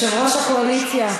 יושב-ראש הקואליציה.